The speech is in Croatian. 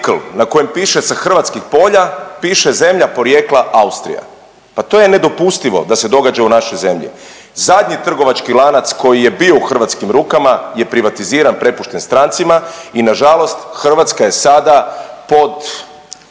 na kojem piše sa hrvatskih polja. Piše zemlja porijekla Austrija. Pa to je nedopustivo da se događa u našoj zemlji. Zadnji trgovački lanac koji je bio u hrvatskim rukama je privatiziran, prepušten strancima i na žalost Hrvatska je sada pod